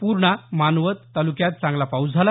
पूर्णा मानवत तालुक्यात चांगला पाऊस झाला